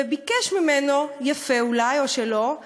וביקש ממנו, יפה אולי, או לא,